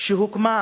שהוקמה